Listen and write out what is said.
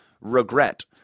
regret